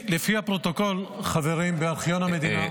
חבר'ה,